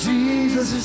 Jesus